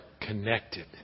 connected